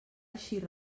eixir